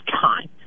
time